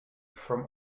from